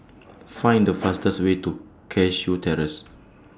Find The fastest Way to Cashew Terrace